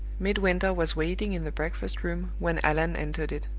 midwinter was waiting in the breakfast-room when allan entered it.